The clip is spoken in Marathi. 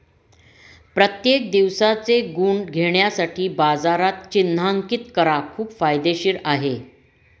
प्रत्येक दिवसाचे गुण घेण्यासाठी बाजारात चिन्हांकित करा खूप फायदेशीर आहे